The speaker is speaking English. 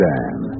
Dan